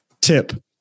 tip